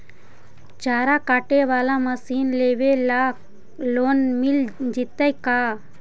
चारा काटे बाला मशीन लेबे ल लोन मिल जितै का?